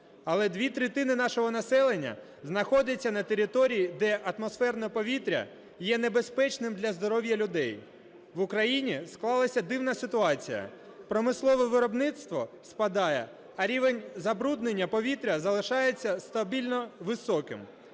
Але дві третини нашого населення знаходиться на території, де атмосферне повітря є небезпечним для здоров'я людей. В Україні склалася дивна ситуація: промислове виробництво спадає, а рівень забруднення повітря залишається стабільно високим.